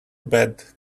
bed